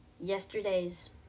yesterday's